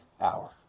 hour